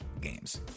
games